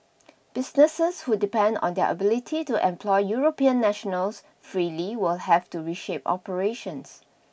businesses who depend on their ability to employ European nationals freely will have to reshape operations